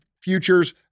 futures